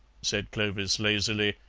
said clovis lazily,